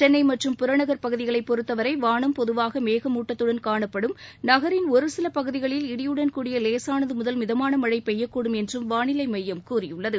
சென்னை மற்றும் புறநகர் பகுதிகளைப் பொறுத்தவரை வானம் பொதுவாக மேகமூட்டத்துடன் காணப்படும் நகரின் ஒரு சில பகுதிகளில் இடியுடன் கூடிய லேசானது முதல் மிதமான மழை பெய்யக்கூடும் என்றும் வானிலை மையம் கூறியுள்ளது